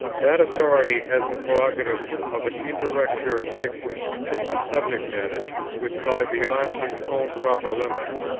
that authority has the prerogative of an indirect jurisdiction on subject-matters which lie beyond its own proper limits,